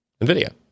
NVIDIA